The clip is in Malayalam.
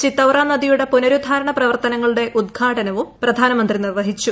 ചിത്തൌറ നദിയുടെ പുനരുദ്ധാരണ പ്രവർത്തനങ്ങളുടെ ഉദ്ഘാടനവും പ്രധാനമന്ത്രി നിർവ്വഹിച്ചു